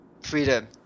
freedom